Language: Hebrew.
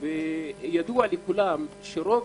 ידוע, שרוב